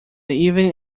even